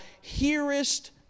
hearest